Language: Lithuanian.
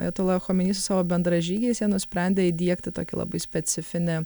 ajatula chomeny su savo bendražygiais jie nusprendė įdiegti tokį labai specifinį